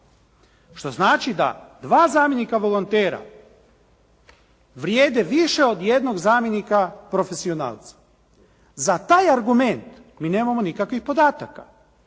što znači da dva zamjenika volontera vrijede više od jednog zamjenika profesionalca. Za taj argument mi nemamo nikakvih podataka.